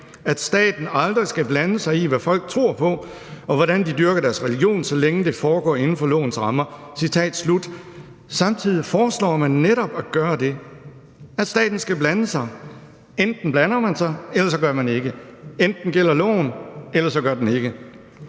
at staten aldrig skal blande sig i, hvad folk tror på, og hvordan de dyrker deres religion, så længe det foregår inden for lovens rammer.«. Samtidig foreslår man netop at gøre det, altså at staten skal blande sig. Enten blander man sig, ellers gør man det ikke. Enten gælder loven, ellers gør den det